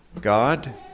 God